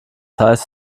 heißt